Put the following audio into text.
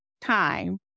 time